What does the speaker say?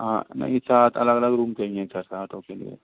हाँ नहीं सात अलग अलग रूम चाहिए सर सातों के लिए